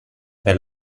per